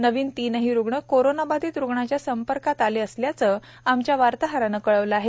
नवीन तीनही रुग्ण कोरोनाबाधित रुग्णाच्या संपर्कात आलेले असल्याचं आमच्या वार्ताहरानं कळवलं आहे